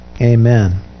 amen